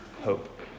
hope